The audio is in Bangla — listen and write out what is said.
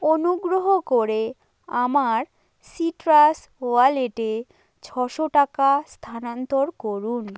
অনুগ্রহ করে আমার সিট্রাস ওয়ালেটে ছশো টাকা স্থানান্তর করুন